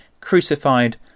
crucified